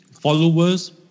followers